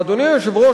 אדוני היושב-ראש,